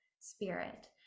Spirit